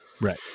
Right